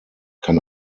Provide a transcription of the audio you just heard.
kann